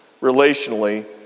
relationally